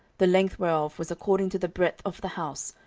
the length whereof was according to the breadth of the house,